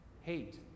hate